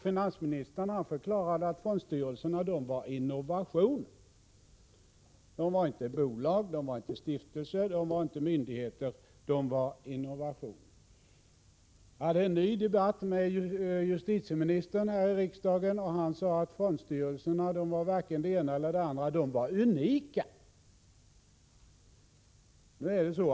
Denne förklarade att fondstyrelserna är innovationer. De var inte bolag, inte stiftelser och inte myndigheter. De var alltså innovationer. Jag hade sedan en debatt här i kammaren med justitieministern, och han sade att fondstyrelserna var varken det ena eller det andra. De var enligt justitieministern unika.